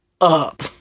up